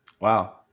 wow